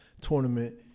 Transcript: tournament